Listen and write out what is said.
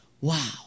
Wow